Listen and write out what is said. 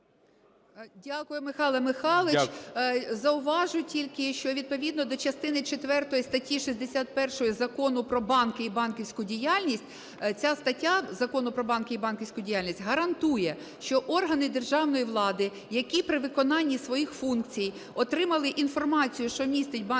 Дякую, Михайле Михайловичу. Зауважу тільки, що відповідно до частини четвертої статті 61 Закону "Про банки і банківську діяльність" ця стаття Закону "Про банки і банківську діяльність" гарантує, що органи державної влади, які при виконанні своїх функцій отримали інформацію, що містить банківську таємницю,